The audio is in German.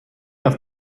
auf